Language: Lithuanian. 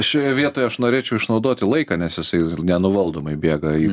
šioje vietoje aš norėčiau išnaudoti laiką nes jisai nenuvaldomai bėga į